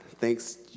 Thanks